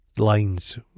Lines